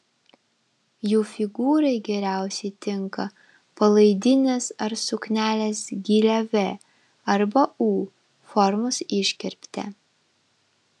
jų figūrai geriausiai tinka palaidinės ar suknelės gilia v arba u formos iškirpte